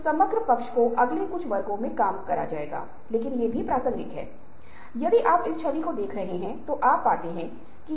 और पुस्तक में आलोचनात्मक सोच के विभिन्न आवश्यक पहलू पाएंगे